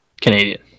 Canadian